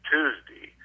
Tuesday